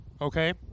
okay